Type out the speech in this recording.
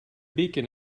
beacon